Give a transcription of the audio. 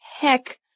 Heck